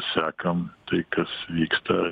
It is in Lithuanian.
sekam tai kas vyksta